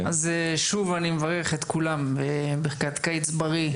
שוב אני מברך את כולם בברכת קיץ בריא.